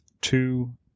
two